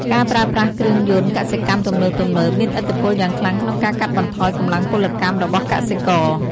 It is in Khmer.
ការប្រើប្រាស់គ្រឿងយន្តកសិកម្មទំនើបៗមានឥទ្ធិពលយ៉ាងខ្លាំងក្នុងការកាត់បន្ថយកម្លាំងពលកម្មរបស់កសិករ។